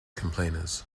complainers